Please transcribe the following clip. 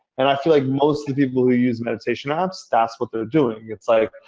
and i feel like most of the people who use meditation apps, that's what they're doing. it's like,